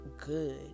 good